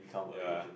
ya